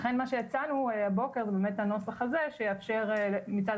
לכן מה שהצענו הבוקר זה באמת הנוסח הזה שיאפשר מצד